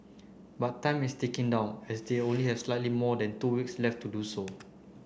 but time is ticking down as they only have slightly more than two weeks left to do so